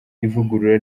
ivugurura